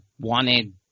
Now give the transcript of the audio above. wanted